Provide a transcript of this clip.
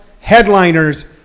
headliners